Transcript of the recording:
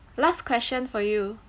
last question for you